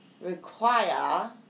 require